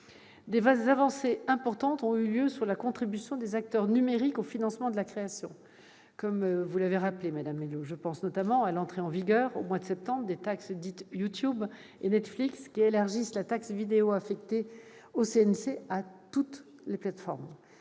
Des avancées importantes ont eu lieu sur la contribution des acteurs numériques au financement de la création, comme l'a rappelé Mme Mélot. Je pense notamment à l'entrée en vigueur, au mois de septembre, des taxes dites YouTube et Netflix, qui élargissent la taxe vidéo affectée au CNC à toutes les plateformes.